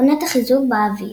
עונת החיזור באביב.